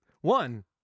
one